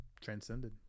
Transcended